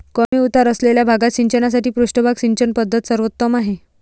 कमी उतार असलेल्या भागात सिंचनासाठी पृष्ठभाग सिंचन पद्धत सर्वोत्तम आहे